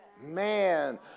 Man